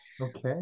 Okay